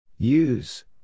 Use